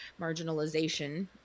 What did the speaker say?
marginalization